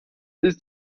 ist